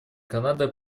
канады